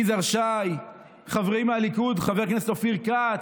יזהר שי, חברי מהליכוד חבר הכנסת אופיר כץ,